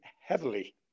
heavily